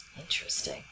Interesting